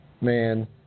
Man